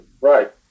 right